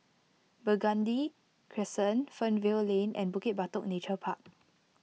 Burgundy Crescent Fernvale Lane and Bukit Batok Nature Park